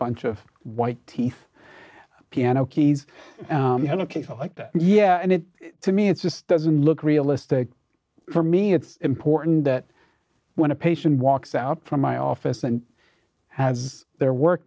bunch of white teeth piano keys you know people like that yeah and it to me it just doesn't look realistic for me it's important that when a patient walks out from my office and has their work